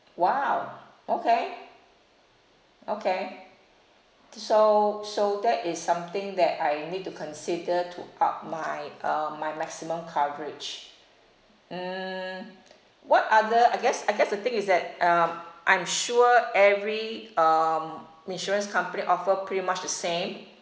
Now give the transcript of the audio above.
!wow! okay okay K so so that is something that I need to consider to up my um my maximum coverage mm what other I guess I guess the thing is that um I'm sure every um insurance company offer pretty much the same